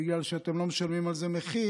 בגלל שאתם לא משלמים על זה מחיר,